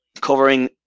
covering